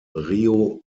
río